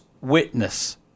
witness